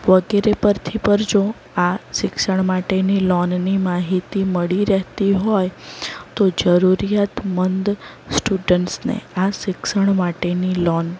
વગેરે પરથી પર જો આ શિક્ષણ માટેની લોનની માહિતી મળી રહેતી હોય તો જરૂરિયાતમંદ સ્ટુડન્ટ્સને આ શિક્ષણ માટેની લોન